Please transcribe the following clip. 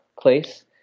place